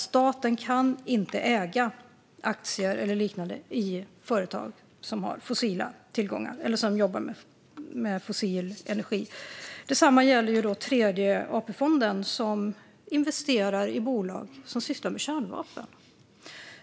Staten kan inte äga aktier eller liknande i företag som jobbar med fossil energi. Detsamma gäller Tredje AP-fonden, som investerar i bolag som sysslar med kärnvapen.